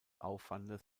aufwandes